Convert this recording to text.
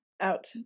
out